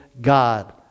God